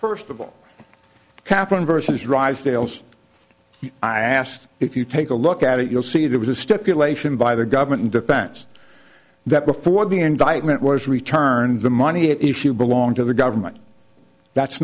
first of all katherine version is dr bailes i asked if you take a look at it you'll see there was a stipulation by the government and defense that before the indictment was returned the money issue belonged to the government that's